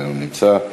אינו נמצא,